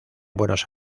buenos